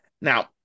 Now